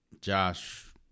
Josh